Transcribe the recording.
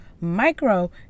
micro